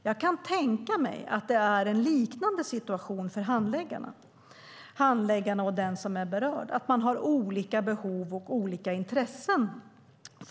Jag kan tänka mig att det är en liknande situation för handläggaren och den som är berörd, att man har olika behov och olika intressen.